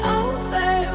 over